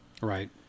Right